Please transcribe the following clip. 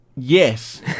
Yes